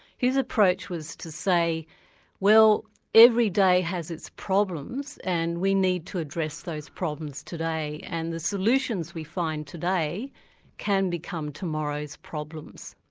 his approach was to say well every day has its problems and we need to address those problems today. and the solutions we find today can become tomorrow's problems.